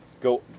Go